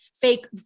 fake